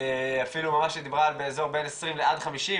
אפילו היא דיברה באזור בין 20 לעד 50,